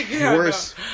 Worse